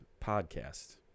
podcast